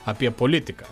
apie politiką